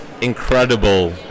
incredible